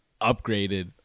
upgraded